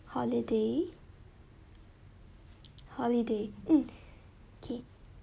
holiday holiday hmm okay